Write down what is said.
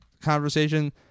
conversation